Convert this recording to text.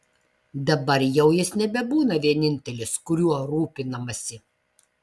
dabar jau jis nebebūna vienintelis kuriuo rūpinamasi